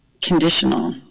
conditional